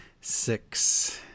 six